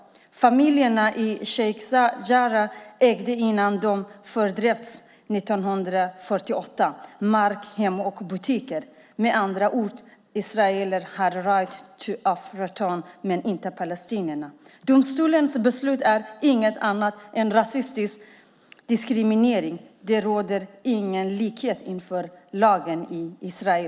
Familjerna i Sheikh Jarrah ägde innan de fördrevs 1948 mark, hem och butiker. Med andra ord har israelerna right of return men inte palestinierna. Domstolens beslut är inget annat än rasistisk diskriminering. Det råder ingen likhet inför lagen i Israel.